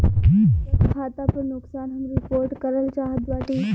बचत खाता पर नुकसान हम रिपोर्ट करल चाहत बाटी